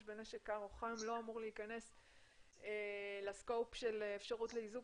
בנשק קר או חם לא אמור להיכנס לתחום של אפשרות לאיזוק